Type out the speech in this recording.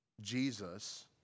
Jesus